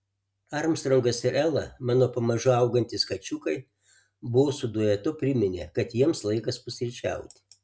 armstrongas ir ela mano pamažu augantys kačiukai bosų duetu priminė kad jiems laikas pusryčiauti